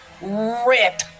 rip